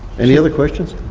any other questions?